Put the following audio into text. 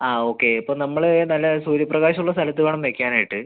ആ ഓക്കെ ഇപ്പം നമ്മൾ നല്ല സൂര്യപ്രകാശം ഉള്ള സ്ഥലത്ത് വേണം വയ്ക്കാൻ ആയിട്ട്